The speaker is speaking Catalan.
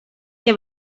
que